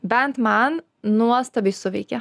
bent man nuostabiai suveikė